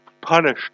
punished